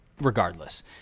regardless